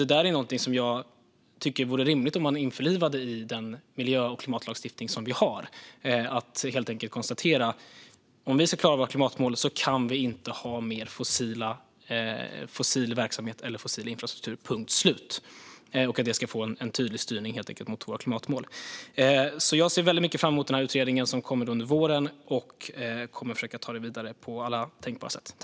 Detta är något som jag tycker att det vore rimligt att införliva i den miljö och klimatlagstiftning vi har - att helt enkelt konstatera att om vi ska klara våra klimatmål kan vi inte ha mer fossil verksamhet eller infrastruktur, punkt slut, och att få en tydlig styrning mot våra klimatmål. Jag ser väldigt mycket fram emot den här utredningen, som kommer under våren, och kommer att försöka ta detta vidare på alla tänkbara sätt.